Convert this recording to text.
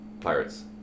Pirates